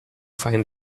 find